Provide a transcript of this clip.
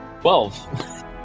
Twelve